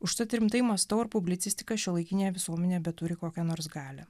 užtat rimtai mąstau ir publicistika šiuolaikinė visuomenė beturi kokią nors galią